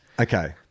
Okay